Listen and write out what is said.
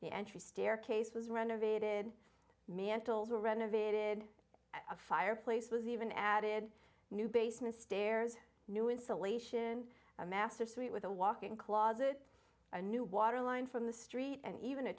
entry staircase was renovated mantles a renovated a fireplace was even added new basement stairs new insulation a master suite with a walk in closet a new waterline from the street and even a